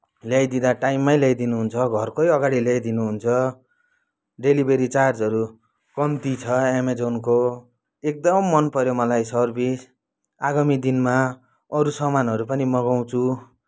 ल्याइदिँदा टाइममै ल्याइदिनुहुन्छ घरकै अगाडि ल्याइदिनुहुन्छ डेलिभरी चार्जहरू कम्ती छ एमाजोनको एकदम मनपऱ्यो मलाई सर्भिस आगामी दिनमा अरू सामानहरू पनि मगाउँछु